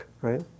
right